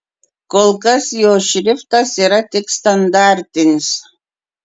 kol kas jos šriftas yra tik standartinis